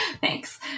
Thanks